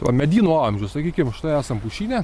va medynų amžius sakykim štai esam pušyne